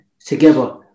together